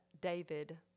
David